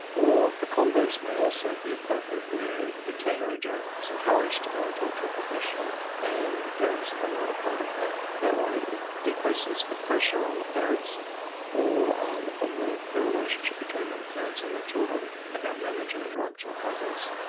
or the converse may also be appropriate where the teenager is encouraged to go and talk to a professional and the parents are not a part of that. that way it decreases the pressure on the parents or um on the the relationship between the parents and their children about managing drugs or drug use.